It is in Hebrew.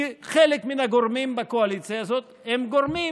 כי חלק מן הגורמים בקואליציה הזאת הם גורמים